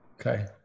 Okay